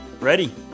Ready